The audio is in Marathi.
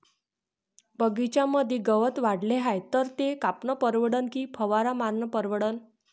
बगीच्यामंदी गवत वाढले हाये तर ते कापनं परवडन की फवारा मारनं परवडन?